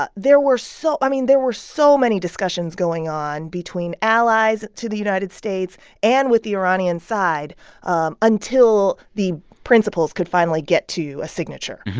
but there were so i mean, there were so many discussions going on between allies to the united states and with the iranian side um until the the principals could finally get to a signature.